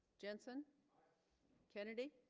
jensen kennedy